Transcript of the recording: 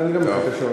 הרעיון הוא כבר נדוש,